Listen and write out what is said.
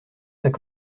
heure